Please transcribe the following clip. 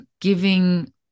giving